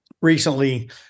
recently